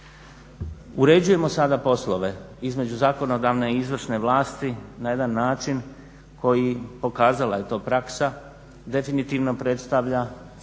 Uređujemo sada poslove između zakonodavne i izvršne vlasti na jedan način, koji pokazala je to praksa, definitivno predstavlja svojevrsni